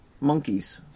monkeys